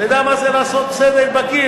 אתה יודע מה זה לעשות סדק בקיר?